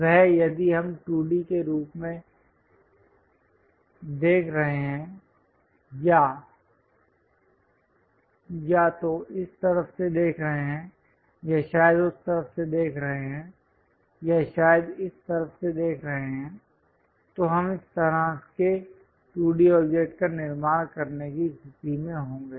वह यदि हम 2 D के रूप में देख रहे हैं या तो इस तरफ से देख रहे हैं या शायद उस तरफ से देख रहे हैं या शायद इस तरफ से देख रहे हैं तो हम इस तरह के 2 D ऑब्जेक्ट का निर्माण करने की स्थिति में होंगे